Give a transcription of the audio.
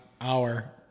hour